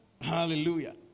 Hallelujah